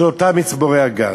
של אותם מצבורי גז.